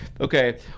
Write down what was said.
okay